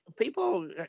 people